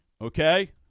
Okay